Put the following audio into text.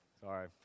Sorry